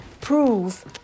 prove